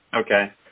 Okay